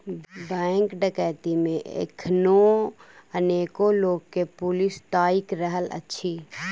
bank डकैती मे एखनो अनेको लोक के पुलिस ताइक रहल अछि